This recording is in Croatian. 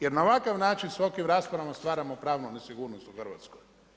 Jer na ovakav način s tolikim raspravama stvaramo pravnu nesigurnost u Hrvatskoj.